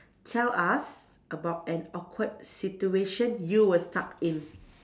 tell us about an awkward situation you were stuck in